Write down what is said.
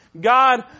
God